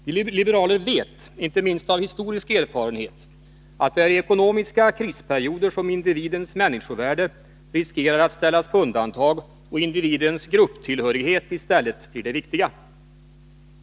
Vi liberaler vet, inte minst av historisk erfarenhet, att det är i ekonomiska krisperioder som individens människovärde riskerar att ställas på undantag och individens grupptillhörighet i stället blir det viktiga.